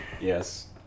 Yes